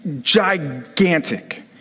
gigantic